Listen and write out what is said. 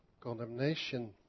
condemnation